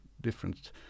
different